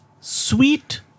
sweet